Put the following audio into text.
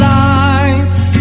lights